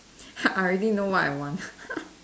I already know what I want